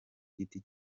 giti